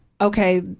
okay